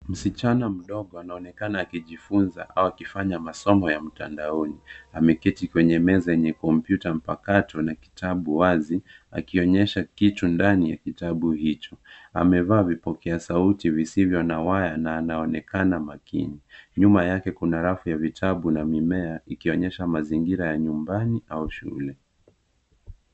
Mschana mdogo anaonekana akijifunza au akifanya masomo ya mtandaoni. Ameketi kwenye meza yenye kompyuta mapakato na kitabu wazi akionyesha kichwa ndani ya kitabu hicho. Nmevaa vipokea sauti visiyvo na waya na anaonekana makini. Nyuma yake kuna rafu ya vitabu na mimea ikionyesha mazingira ya nyumbani au shule.